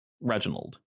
Reginald